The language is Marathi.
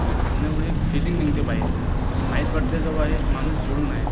त्याला सांगण्यामुळे एक फीलिंग मिळते बाहेर आणि माहीत पडते का बा हे माणूस जोडून आहे